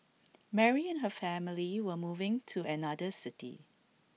Mary and her family were moving to another city